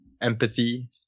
empathy